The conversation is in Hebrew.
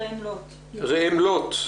ראם לוט,